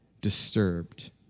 disturbed